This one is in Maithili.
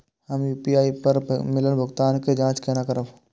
हम यू.पी.आई पर मिलल भुगतान के जाँच केना करब?